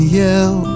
yell